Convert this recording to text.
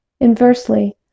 Inversely